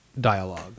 dialogue